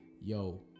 yo